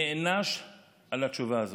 נענש על התשובה הזאת.